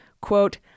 Quote